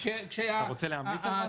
-- אתה רוצה להמליץ על משהו?